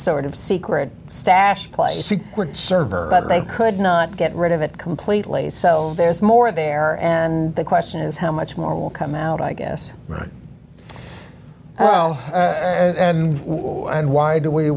sort of secret stash place server but they could not get rid of it completely so there's more there and the question is how much more will come out i guess right and why do we